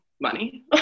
money